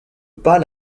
pas